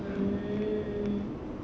mm